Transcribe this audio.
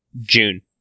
June